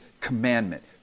commandment